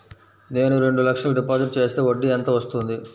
నేను రెండు లక్షల డిపాజిట్ చేస్తే వడ్డీ ఎంత వస్తుంది?